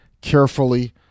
carefully